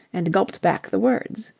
and gulped back the words.